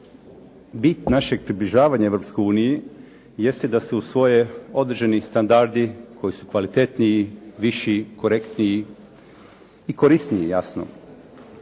bit našeg približavanja Europskoj uniji jeste da se usvoje određeni standardi koji su kvalitetniji, viši, korektniji i korisniji jasno.